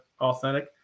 authentic